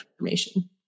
information